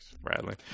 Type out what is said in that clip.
Bradley